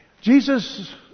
Jesus